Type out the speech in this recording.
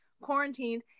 quarantined